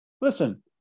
listen